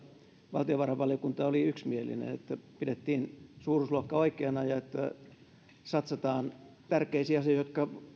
valtiovarainvaliokunta oli yksimielinen eli pidettiin suuruusluokka oikeana ja että satsataan tärkeisiin asioihin jotka